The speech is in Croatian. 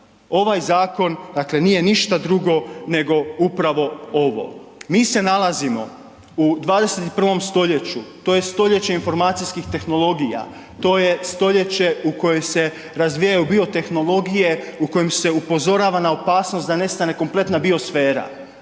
Ovaj zakon dakle nije ništa drugo nego upravo ovo. Mi se nalazimo u 21. stoljeću, to je stoljeće informacijskih tehnologija, to je stoljeće u kojem se razvijaju biotehnologije, u kojem se upozorava na opasnost da nestane kompletna biosfera.